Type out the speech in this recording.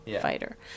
fighter